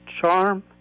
charm